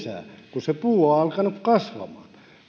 kun se puu on alkanut kasvamaan